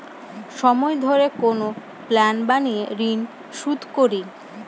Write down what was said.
সময় ধরে কোনো প্ল্যান বানিয়ে ঋন শুধ করি